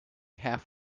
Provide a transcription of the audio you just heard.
half